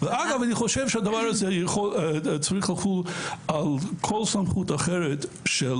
הדבר הזה צריך לחול על כל סמכות אחרת של